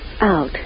Out